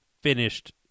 finished